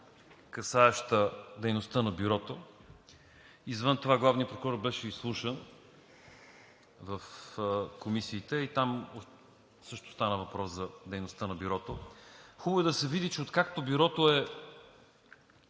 касаеща дейността на Бюрото. Извън това главният прокурор беше изслушан в комисиите и там също стана въпрос за дейността на Бюрото. Хубаво е да се види, че откакто Бюрото е